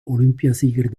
olympiasieger